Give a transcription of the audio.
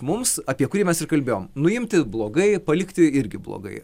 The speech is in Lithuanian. mums apie kurį mes ir kalbėjom nuimti blogai palikti irgi blogai